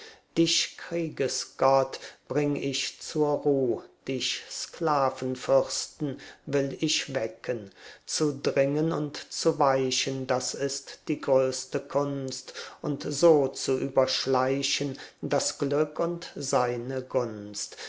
kriegesgott bring ich zur ruh dich sklavenfürsten will ich wecken zu dringen und zu weichen das ist die größte kunst und so zu überschleichen das glück und seine gunst